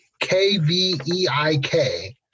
K-V-E-I-K